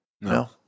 No